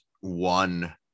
one